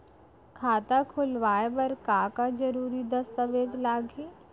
खाता खोलवाय बर का का जरूरी दस्तावेज लागही?